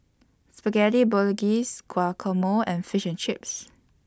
Spaghetti Bolognese Guacamole and Fish and Chips